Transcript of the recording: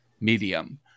medium